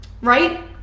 right